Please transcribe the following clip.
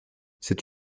c’est